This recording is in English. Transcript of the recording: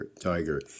tiger